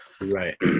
right